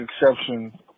exception